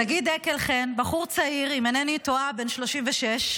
שגיא דקל חן, בחור צעיר, אם אינני טועה בן 36,